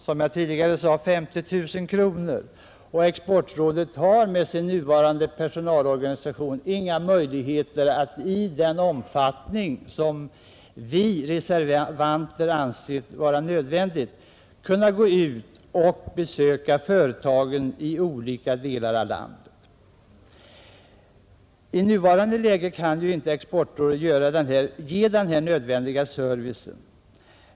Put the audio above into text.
Som jag tidigare sade gäller det 50 000 kronor. Med sin nuvarande personalorganisation har exportrådet inga möjligheter att i den omfattning som vi reservanter ansett vara nödvändig gå ut och besöka företagen i olika delar av landet. I nuvarande läge kan exportrådet inte ge behövlig service.